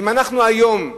ואם אנחנו היום,